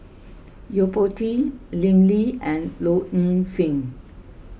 Yo Po Tee Lim Lee and Low Ing Sing